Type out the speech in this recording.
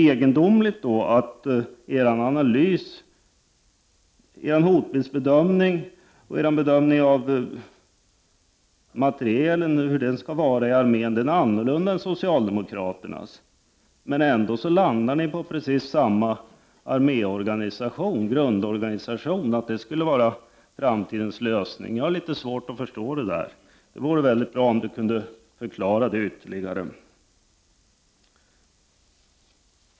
Er hotbildsbedömning och er bedömning av hur materielen skall vara i armén är annorlunda än socialdemokraternas. Men det är då egendomligt att ni ändå landar på precis samma grundorganisation för armén — att den skulle vara framtidens lösning. Jag har litet svårt att förstå det. Det vore bra om Jan Jennehag kunde förklara det ytterligare.